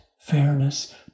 Fairness